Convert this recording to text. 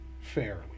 Fairly